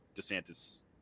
Desantis